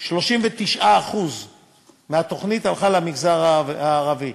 39% מהתוכנית הלכה למגזר הערבי,